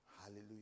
Hallelujah